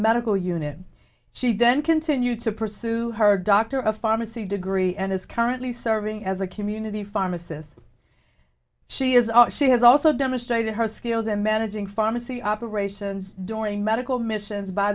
medical unit she then continued to pursue her doctor a pharmacy degree and is currently serving as a community pharmacist she is she has also demonstrated her skills in managing pharmacy operations during medical missions by